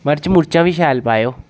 मरच मुर्चां बी शैल पाएओ